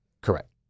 Correct